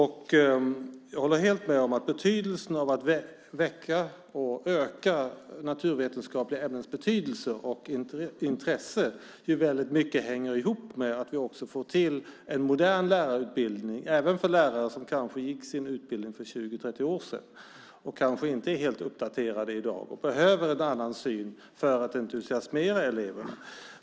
Jag håller helt med om att betydelsen av att väcka och öka intresset för att naturvetenskapliga ämnens betydelse i hög grad hänger ihop med att vi också får till en modern lärarutbildning även för lärare som kanske gick sin utbildning för 20-30 år sedan. De kanske inte är helt uppdaterade i dag, och de behöver en annan syn för att kunna entusiasmera eleverna.